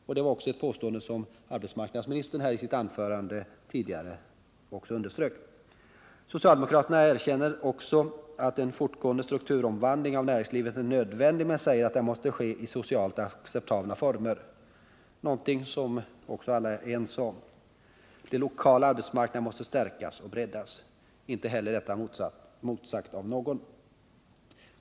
Detta underströk också arbetsmarknadsministern i sitt anförande. Socialdemokraterna erkänner också att en fortgående strukturomvandling av näringslivet är nödvändig men säger att den måste ske i socialt acceptabla former, något som alla är ense om. De lokala arbetsmarknaderna måste stärkas och breddas. Inte heller detta motsätter sig någon.